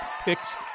picks